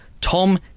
Tom